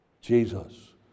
Jesus